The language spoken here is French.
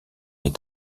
est